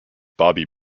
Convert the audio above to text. bobby